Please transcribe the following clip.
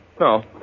no